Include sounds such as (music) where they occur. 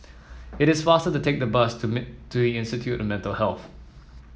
it is faster to take the bus to (unintelligible) to Institute of Mental Health